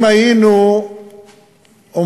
אם היינו אומרים